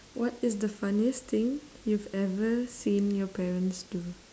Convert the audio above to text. what is the funniest thing you've ever seen your parents do